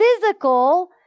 physical